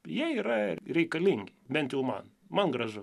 jie yra reikalingi bent jau man man gražu